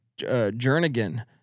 Jernigan